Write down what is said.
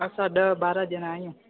असां ॾह ॿारहं ॼणा आहियूं